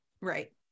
Right